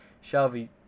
Shelby